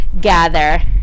gather